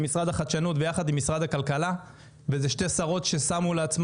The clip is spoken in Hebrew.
וזה שתי שרות ששמו לעצמן דגש מאוד רציני על תחום ההייטק,